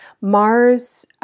Mars